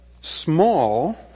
small